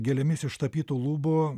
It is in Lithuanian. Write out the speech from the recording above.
gėlėmis ištapytų lubų